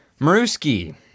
Maruski